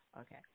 okay